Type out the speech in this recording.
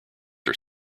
are